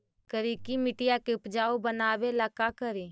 करिकी मिट्टियां के उपजाऊ बनावे ला का करी?